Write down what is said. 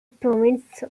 province